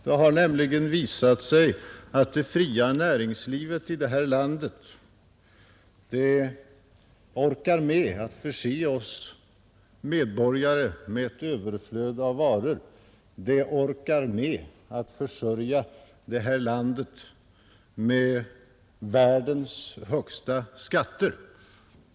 Det har nämligen visat sig att det fria näringslivet i detta land orkar med att förse oss medborgare med ett överflöd av varor, det orkar med att försörja det här landet med världens högsta skatter.